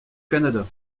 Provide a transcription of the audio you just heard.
canada